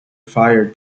fire